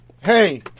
hey